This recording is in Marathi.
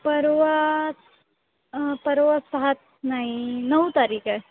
परवा परवा सहा नाही नऊ तारीख आहे